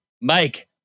Mike